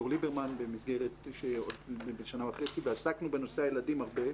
ליברמן לפני שנה וחצי ועסקנו בנושא הילדים הרבה,